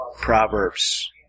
Proverbs